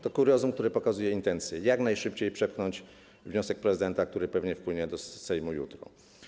To kuriozum, które pokazuje intencję, jak najszybciej przepchnąć wniosek prezydenta, który pewnie wpłynie do Sejmu jutro.